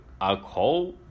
alcohol